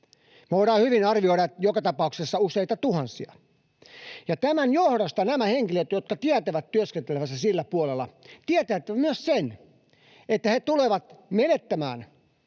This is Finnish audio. Voidaan hyvin arvioida, että joka tapauksessa useita tuhansia, ja tämän johdosta nämä henkilöt, jotka tietävät työskentelevänsä sillä puolella, tietävät myös sen, että he tulevat menettämään